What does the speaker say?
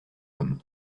homme